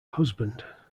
husband